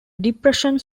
depression